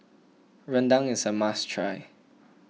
Rendang is a must try